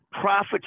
profits